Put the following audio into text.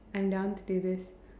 I'm down to do this